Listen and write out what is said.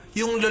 yung